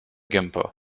gimpo